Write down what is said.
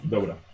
Dobra